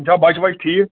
یم چھا بچہٕ وَچہٕ ٹھیٖک